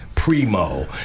Primo